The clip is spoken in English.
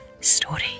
Story